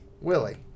Willie